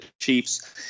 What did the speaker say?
Chiefs